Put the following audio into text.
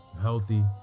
Healthy